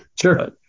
Sure